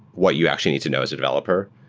what you actually need to know as a developer.